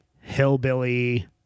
hillbilly